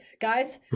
guys